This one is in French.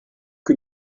que